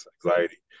anxiety